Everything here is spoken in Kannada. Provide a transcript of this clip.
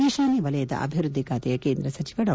ಈಶಾನ್ಹ ವಲಯದ ಅಭಿವೃದ್ದಿ ಬಾತೆಯ ಕೇಂದ್ರ ಸಚಿವ ಡಾ